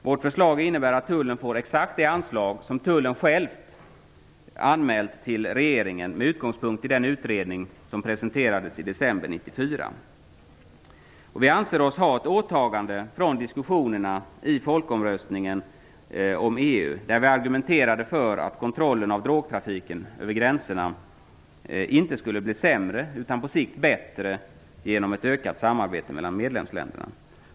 Vårt förslag innebär att Tullen får exakt det anslag som Tullen själv har anmält till regeringen med utgångspunkt i den utredning som presenterades i december 1994. Vi har ansett oss ha ett åtagande från diskussionerna i folkomröstningen om EU, där vi argumenterade för att kontrollen av drogtrafiken över gränserna inte skulle bli sämre, utan på sikt bättre, genom ett ökat samarbete mellan medlemsländerna.